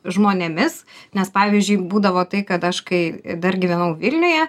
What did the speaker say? žmonėmis nes pavyzdžiui būdavo tai kad aš kai dar gyvenau vilniuje